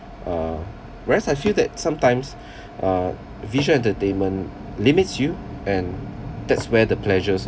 uh whereas I feel that sometimes uh visual entertainment limits you and that's where the pleasures